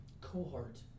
cohort